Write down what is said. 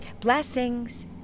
Blessings